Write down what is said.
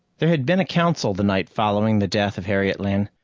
there had been a council the night following the death of harriet lynn.